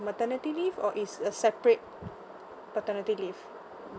maternity leave or is a separate paternity leave